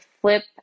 flip